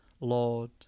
Lord